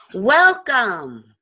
Welcome